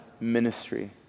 Ministry